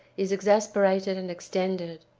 is exasperated and extended.